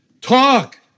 Talk